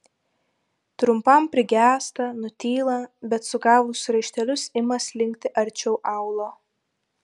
trumpam prigęsta nutyla bet sugavusi raištelius ima slinkti arčiau aulo